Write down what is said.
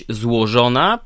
złożona